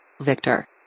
Victor